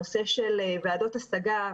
הנושא של ועדות השגה,